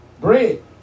bread